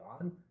on